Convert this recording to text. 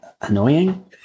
Annoying